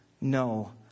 no